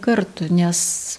kartų nes